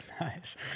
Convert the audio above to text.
Nice